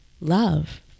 love